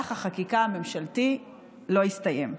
מהלך החקיקה הממשלתי לא הסתיים.